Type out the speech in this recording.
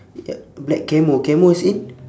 yup black camo camo as in